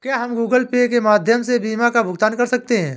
क्या हम Google Pay के माध्यम से बीमा का भुगतान कर सकते हैं?